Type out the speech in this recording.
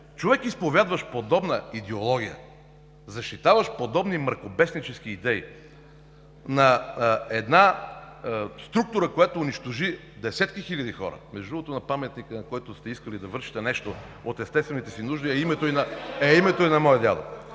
Човек, изповядващ подобна идеология, защитаващ подобни мракобеснически идеи на една структура, която унищожи десетки хиляди хора… Между другото, на паметника, на който сте искали да вършите нещо от естествените си нужди, е името и на моя дядо.